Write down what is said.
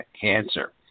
cancer